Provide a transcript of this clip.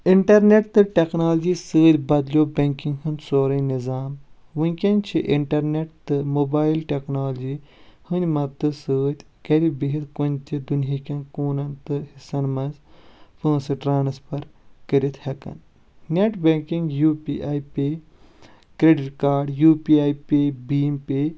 internet تہٕ technology سۭتۍ بدلیوو بینکِنگ ہُنٛد سورُے نِظام وُنکٮ۪ن چھ اِنٹرنیٹ تہٕ موبایل ٹیکنالوجی ۂنٛدۍ مدتہٕ سۭتۍ گرِ بِہِتھ دُنۍہیٖکٮ۪ن کُنہِ تہِ کوٗنن تہٕ حِصن منٛز پونٛسہٕ ٹرانسفر کٔرِتھ ہٮ۪کان net banking U P I pay credit card U P I pay BHIM pay